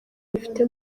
rufite